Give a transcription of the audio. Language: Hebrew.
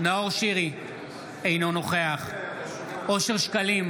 אינו נוכח בועז טופורובסקי,